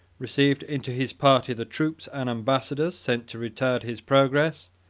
received into his party the troops and ambassadors sent to retard his progress,